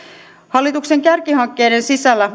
hallituksen kärkihankkeiden sisällä